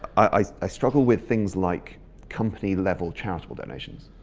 i i struggle with things like company level charitable donations.